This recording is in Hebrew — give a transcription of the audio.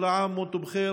שבכל שנה תהיו בטוב.